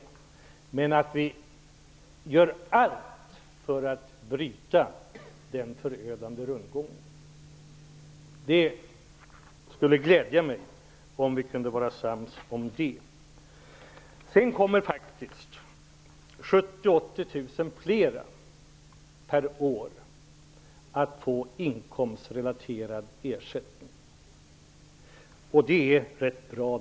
Låt oss alltså göra allt för att bryta den förödande rundgången. Det skulle glädja mig om vi kunde vara sams om det. Det kommer faktiskt att bli 70 000--80 000 fler per år som får inkomstrelaterad ersättning. Det är rätt bra.